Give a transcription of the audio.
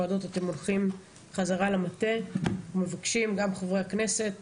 בוועדות אתם הולכים בחזרה למוקד ואנחנו מבקשים להרחיב